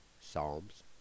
Psalms